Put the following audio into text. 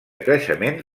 creixement